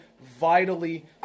vitally